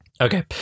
Okay